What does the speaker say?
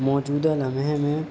موجودہ لمحے میں